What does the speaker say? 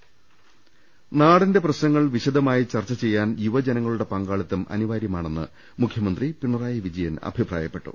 ്് നാടിന്റെ പ്രശ്നങ്ങൾ വിശദമായി ചർച്ച ചെയ്യാൻ യുവജനങ്ങ ളുടെ പങ്കാളിത്തം അനിവാര്യമാണെന്ന് മുഖ്യമന്ത്രി പിണറായി വിജയൻ അഭിപ്രായപ്പെട്ടു